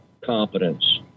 competence